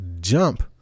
jump